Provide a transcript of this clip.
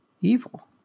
evil